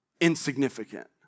insignificant